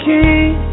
King